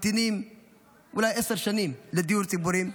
אולי עשר שנים לדיור ציבורי,